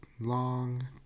long